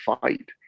fight